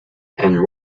and